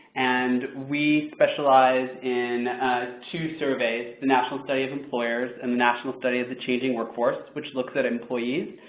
and we specialize in two surveys, the national study of employers and the national study of the changing workforce which looks at employees.